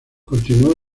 continuó